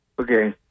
Okay